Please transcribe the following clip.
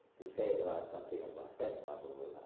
to say it about something of my friend, mabu